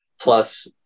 plus